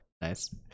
nice